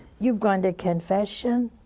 you've gone to confession